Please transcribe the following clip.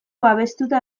babestuta